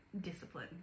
discipline